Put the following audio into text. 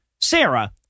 Sarah